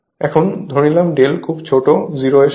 এখন ধরে নিলাম ∂ খুব ছোট 0 এর সমান